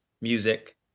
music